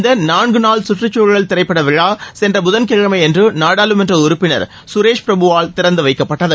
இந்த நான்கு நாள் கற்றுச்சூழல் திரைப்பட விழா சென்ற புதன்கிழமையன்று நாடாளுமன்ற உறுப்பினர் சுரேஷ் பிரபுவால் திறந்து வைக்கப்பட்டது